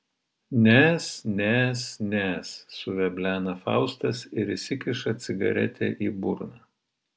nes nes nes suveblena faustas ir įsikiša cigaretę į burną